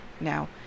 Now